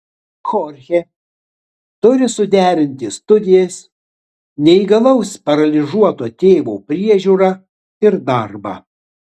chorchė turi suderinti studijas neįgalaus paralyžiuoto tėvo priežiūrą ir darbą